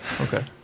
Okay